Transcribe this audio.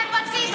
למה אתם בודקים,